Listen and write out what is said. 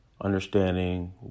understanding